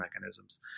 mechanisms